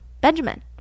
Benjamin